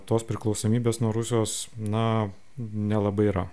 tos priklausomybės nuo rusijos na nelabai yra